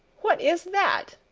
what is that?